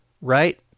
right